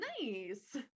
Nice